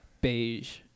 beige